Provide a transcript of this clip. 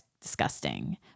disgusting